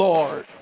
Lord